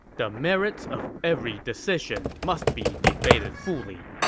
the merits of every decision must be debated fully.